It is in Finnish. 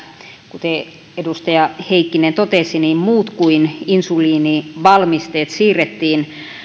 kuten edustaja heikkinen totesi muut kuin insuliinivalmisteet siirrettiin